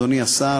אדוני השר,